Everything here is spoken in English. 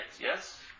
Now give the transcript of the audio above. yes